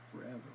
forever